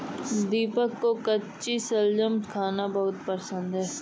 दीपक को कच्ची शलजम खाना बहुत पसंद है